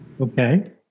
Okay